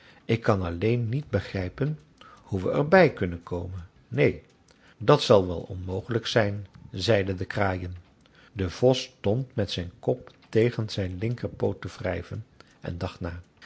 ik kan alleen niet begrijpen hoe we er bij kunnen komen neen dat zal wel onmogelijk zijn zeiden de kraaien de vos stond met zijn kop tegen zijn linkerpoot te wrijven en dacht na